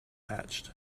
hatched